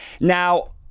Now